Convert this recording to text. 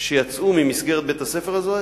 שיצאו ממסגרת בית-הספר הזה,